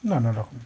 নানা রকম